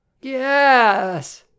Yes